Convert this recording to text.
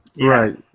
Right